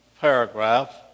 paragraph